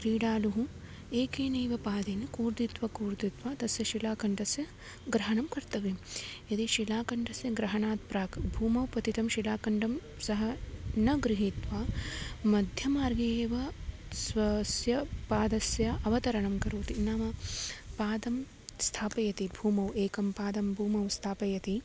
क्रीडालुः एकेनैव पादेन कूर्दित्वा कूर्दित्वा तस्य शिलाखण्डस्य ग्रहणं कर्तव्यं यदि शिलाखण्डस्य ग्रहणात् प्राक् भूमौ पतितं शिलाखण्डं सः न गृहीत्वा मध्यमार्गे एव स्वस्य पादस्य अवतरणं करोति नाम पादं स्थापयति भूमौ एकं पादं भूमौ स्थापयति